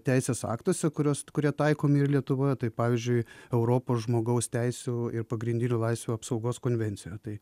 teisės aktuose kuriuos kurie taikomi ir lietuvoje tai pavyzdžiui europos žmogaus teisių ir pagrindinių laisvių apsaugos konvencijoje tai